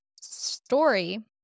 story